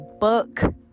book